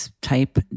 type